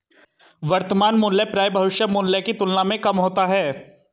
वर्तमान मूल्य प्रायः भविष्य मूल्य की तुलना में कम होता है